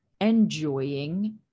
enjoying